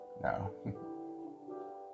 No